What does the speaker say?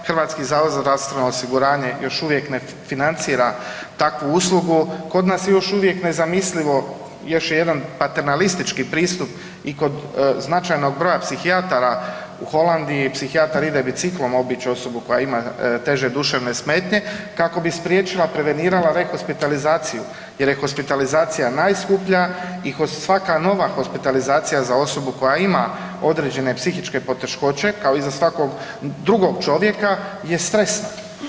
HZZO još uvijek ne financira takvu uslugu, kod nas je još uvijek nezamislivo još je jedan paternalistički pristup i kod značajnog broj psihijatara u Holandiji psihijatar ide biciklom obići osobu koja ima teže duševne smetnje, kao bi spriječila, prevenirala rehospitalizaciju jer je hospitalizacija najskuplja i ko svaka nova hospitalizacija za osobu koja ima određene psihičke poteškoće kao i za svakog drugog čovjeka je stresna.